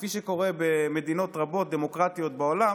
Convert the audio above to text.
כפי שקורה במדינות דמוקרטיות רבות בעולם.